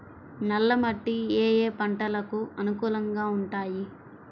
నల్ల మట్టి ఏ ఏ పంటలకు అనుకూలంగా ఉంటాయి?